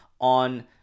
on